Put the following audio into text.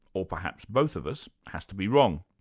or perhaps both, of us has to be wrong.